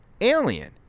Alien